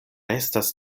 estas